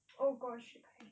oh gosh the kayaking